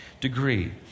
degree